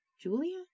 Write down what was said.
Julia